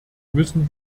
müssen